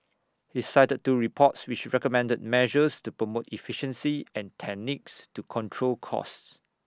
he cited two reports which recommended measures to promote efficiency and techniques to control costs